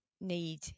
need